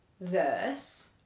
verse